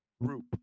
group